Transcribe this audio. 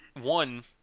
one